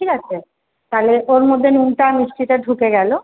ঠিক আছে তালে ওর মধ্যে নুনটা মিষ্টিটা ঢুকে গেলো